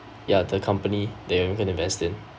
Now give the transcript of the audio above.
ya the company that you want to invest in